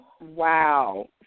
Wow